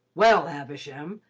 well, havisham,